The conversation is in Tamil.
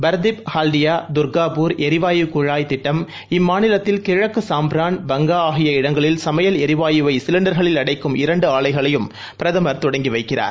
பரதிப் ஹால்டியா தர்காபூர் எரிவாயு குழாய் திட்டம் இம்மாநிலத்தில் கிழக்கு சாம்ப்ரான் பங்கா ஆகிய இடங்களில் சமையல் எரிவாயுவை சிலிண்டர்களில் அடைக்கும் இரண்டு ஆலைகளையும் பிரதமர் தொடங்கி வைக்கிறார்